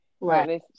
Right